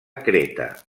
creta